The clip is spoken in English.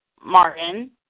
Martin